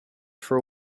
for